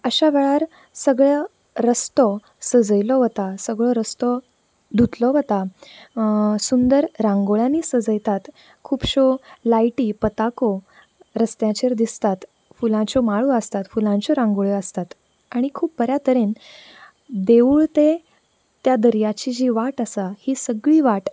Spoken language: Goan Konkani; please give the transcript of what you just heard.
अश्या वेळार सगळो रस्तो सजयलो वता सगळो रस्तो धुतलो वता सुंदर रांगोळ्यानी सजयतात खुबश्यो लायटी पताको रस्त्याचेर दिसतात फुलांच्यो माळो आसतात फुलांच्यो रांगोळ्यो आसतात आनी खूब बऱ्या तरेन देवूळ ते त्या दर्याची जी वाट आसा ही सगळी वाट